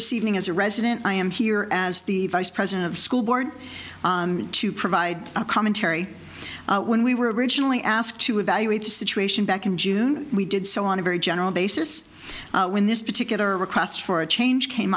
this evening as a resident i am here as the vice president of school board to provide a commentary when we were originally asked to evaluate the situation back in june we did so on a very general basis when this particular request for a change came